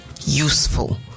useful